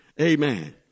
Amen